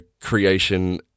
creation